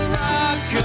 rock